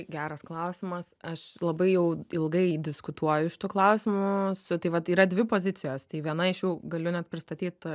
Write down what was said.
geras klausimas aš labai jau ilgai diskutuoju šitu klausimu su tai vat yra dvi pozicijos tai viena iš jų galiu net pristatyt